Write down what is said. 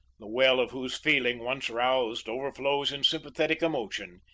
the well of whose feeling once roused overflows in sympathetic emotion,